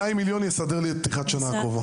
200 מיליון שקל יסדרו לי את פתיחת השנה הקרובה.